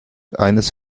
eines